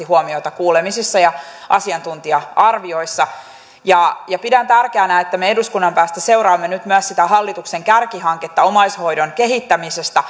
huomiota kuulemisissa ja asiantuntija arvioissa pidän tärkeänä että me eduskunnan päästä seuraamme nyt myös sitä hallituksen kärkihanketta omaishoidon kehittämisestä